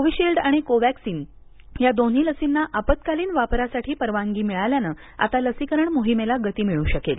Covishield आणि Covaxin या दोन्ही लर्सीना आपातकालीन वापरासाठी परवानगी मिळाल्यानं आता लसीकरण मोहीमेला गती मिळू शकेल